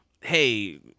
hey